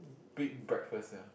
big breakfast sia